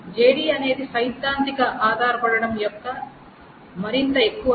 JD అనేది సైద్ధాంతిక ఆధారపడటం యొక్క మరింత ఎక్కువ రూపం